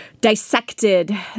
dissected